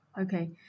Okay